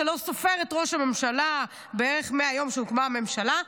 שלא סופר את ראש הממשלה בערך מהיום שהוקמה הממשלה,